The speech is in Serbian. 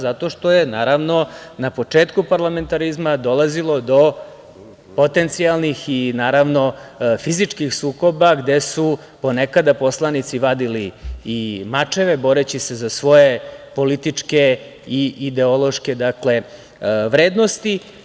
Zato što je, naravno, na početku parlamentarizma dolazilo do potencijalnih i, naravno, fizičkih sukoba gde su ponekada poslanici vadili i mačeve boreći se za svoje političke i ideološke vrednosti.